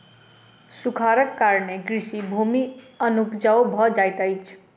सूखाड़क कारणेँ कृषि भूमि अनुपजाऊ भ जाइत अछि